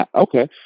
okay